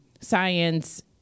science